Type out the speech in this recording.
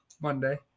Monday